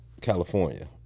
California